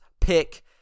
pick